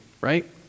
right